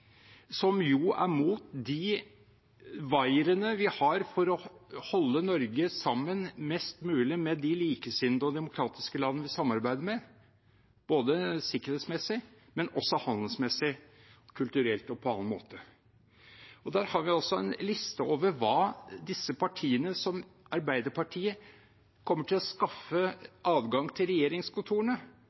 som jo er imot de wirene vi har for å holde Norge mest mulig sammen med de likesinnede og demokratiske landene vi samarbeider med, både sikkerhetsmessig, handelsmessig, kulturelt og på annen måte. Der har vi en liste over hva disse partiene som Arbeiderpartiet kommer til å skaffe adgang til regjeringskontorene,